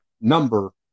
number